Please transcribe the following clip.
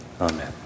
Amen